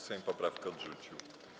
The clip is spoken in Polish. Sejm poprawkę odrzucił.